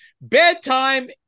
bedtime